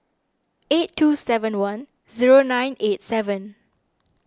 eight two seven one zero nine eight seven